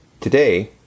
Today